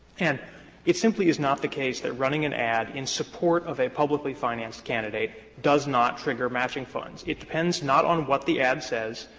and it simply is not the case that running an ad in support of a publicly financed candidate does not trigger matching funds. it depends not on what the ad says,